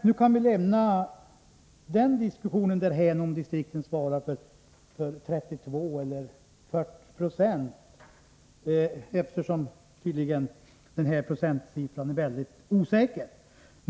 Vi kan lämna den diskussionen om distrikten svarar för 32 eller 40 96 därhän, eftersom denna procentsiffra tydligen är mycket osäker.